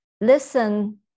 listen